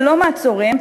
ללא מעצורים,